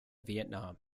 vietnam